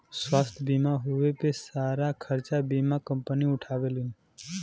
स्वास्थ्य बीमा होए पे सारा खरचा बीमा कम्पनी उठावेलीन